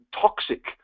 toxic